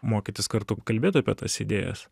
mokytis kartu kalbėt apie tas idėjas